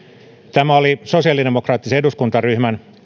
tämä oli yksi sosiaalidemokraattisen eduskuntaryhmän